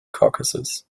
caucasus